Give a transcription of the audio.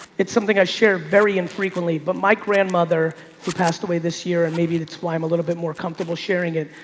it's something i share very infrequently, but my grandmother who passed away this year, and maybe that's why i'm a little bit more comfortable sharing it.